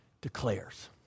declares